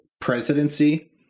presidency